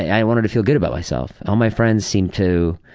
i wanted to feel good about myself. all my friends seemed to